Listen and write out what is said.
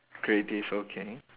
creative okay